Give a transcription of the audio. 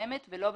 אולי